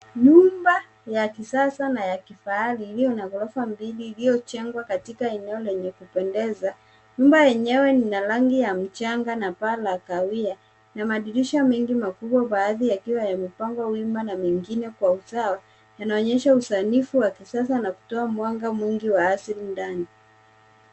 Nyumba ya kisasa na ya kifahari iliyo na ghorofa mbili iliyojengwa katika eneo lenye lenye kupendeza. Nyumbe enyewe lina rangi ya mchanga na paa la kahawia na madirisha mengi makubwa baadhi yakiwa yamepangwa wima na mengine kwa usawa yanaonyesha usanifu wa kisasa na kutoa mwanga mwingi wa asili ndani.